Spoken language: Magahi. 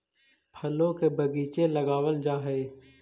फलों के बगीचे लगावल जा हई